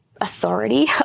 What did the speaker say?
authority